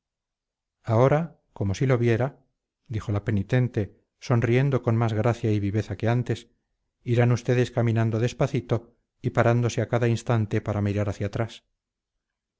ahora como si lo viera dijo la penitente sonriendo con más gracia y viveza que antes irán ustedes caminando despacito y parándose a cada instante para mirar hacia atrás